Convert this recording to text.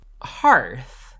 Hearth